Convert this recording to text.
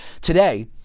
Today